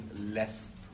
less